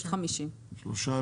הצבעה בעד, 3 נגד,